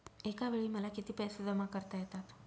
एकावेळी मला किती पैसे जमा करता येतात?